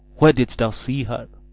where didst thou see her